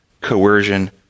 coercion